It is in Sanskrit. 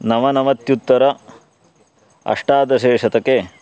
नवनवत्युत्तर अष्टादशे शतके